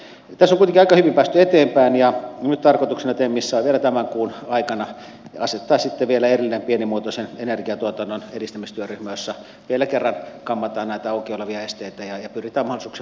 tässä on kuitenkin aika hyvin päästy eteenpäin ja nyt tarkoituksena temissä on vielä tämän kuun aikana asettaa erillinen pienimuotoisen energiantuotannon edistämistyöryhmä jossa vielä kerran kammataan näitä auki olevia esteitä ja pyritään mahdollisuuksien mukaan sitä edistämään